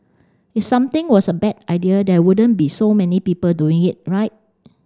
if something was a bad idea there wouldn't be so many people doing it right